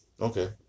okay